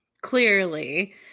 Clearly